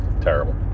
Terrible